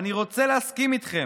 אני רוצה להסכים איתכם,